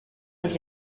els